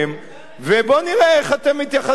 ובוא נראה איך אתם מתייחסים לזה.